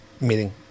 meeting